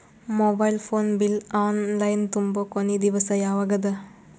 Mobile phone bill online ತುಂಬೊ ಕೊನಿ ದಿವಸ ಯಾವಗದ?